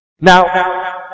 Now